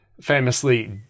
famously